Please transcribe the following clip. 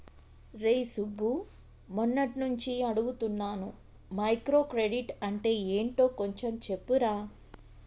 రేయ్ సుబ్బు, మొన్నట్నుంచి అడుగుతున్నాను మైక్రో క్రెడిట్ అంటే యెంటో కొంచెం చెప్పురా